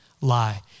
lie